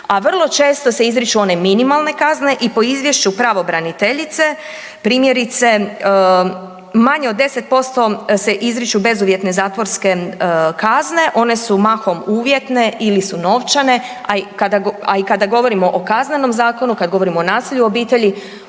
a vrlo često se izriču one minimalne kazne i po izvješću pravobraniteljice, primjerice, manje od 10% se izriču bezuvjetne zatvorske kazne. One su mahom uvjetne ili su novčane, a i kada govorimo o Kaznenom zakonu, kad govorimo o nasilju o obitelji,